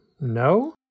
no